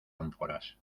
ánforas